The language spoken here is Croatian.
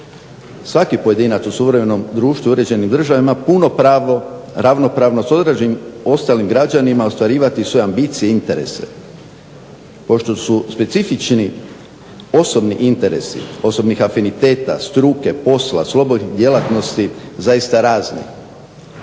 Svaki pojedinac u suverenom društvu i uređenim državama ima puno pravo ravnopravno sa … ostalim građanima ostvarivati svoje ambicije i interese. Pošto su specifični osobni interesi posebnih afiniteta, struke, posla, slobodne djelatnosti zaista razne,